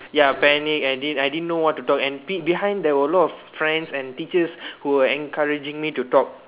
ya panic and didn't I didn't know what to talk and pin~ behind there were a lot of friends and teachers who are encouraging me to talk